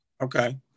Okay